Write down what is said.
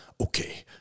okay